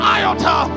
iota